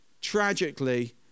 tragically